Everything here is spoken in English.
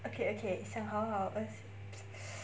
okay okay 想好好 err